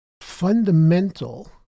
fundamental